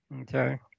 Okay